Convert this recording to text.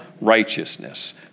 righteousness